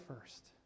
first